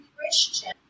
Christian